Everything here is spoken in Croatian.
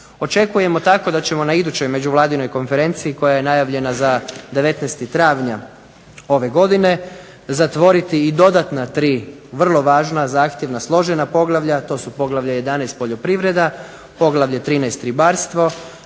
Očekujemo tako da ćemo na idućoj međuvladinoj konferenciji koja je najavljena za 19. travnja ove godine zatvoriti i dodatna tri vrlo važna, zahtjevna, složena poglavlja, a to su Poglavlje 11.-Poljoprivreda, Poglavlje 13.-Ribarstvo